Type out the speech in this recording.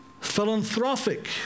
Philanthropic